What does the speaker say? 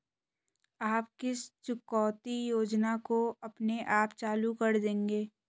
आप किस चुकौती योजना को अपने आप चालू कर देंगे?